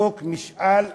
חוק משאל העם,